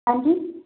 ਹਾਂਜੀ